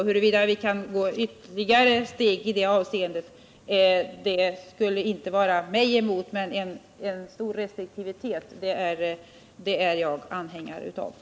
Det skulle inte vara mig emot att gå längre i det avseendet än vi gjort hittills. Jag är anhängare av en stor restriktivitet.